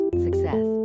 success